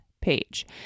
page